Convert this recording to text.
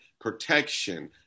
protection